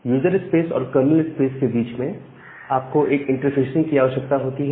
user space और kernel space के बीच में आपको एक इंटरफेसिंग की आवश्यकता होती है